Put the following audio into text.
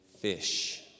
fish